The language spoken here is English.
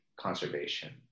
conservation